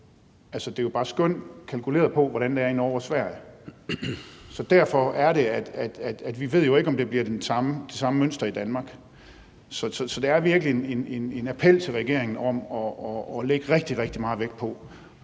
nu, er jo bare skøn, der er kalkuleret ud fra, hvordan det er i Norge og Sverige, så derfor ved vi jo ikke, om det bliver det samme mønster i Danmark. Så det her er virkelig en appel til regeringen om gennem kampagner og